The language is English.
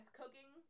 cooking